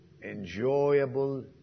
enjoyable